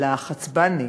על החצבאני,